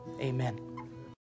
amen